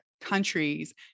countries